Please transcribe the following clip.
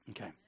Okay